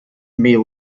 may